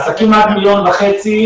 עסקים עד מיליון וחצי,